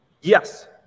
Yes